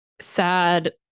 sad